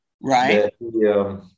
right